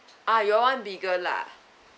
uh you'll want bigger lah